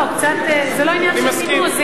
זה לא עניין של נימוס, אני מסכים.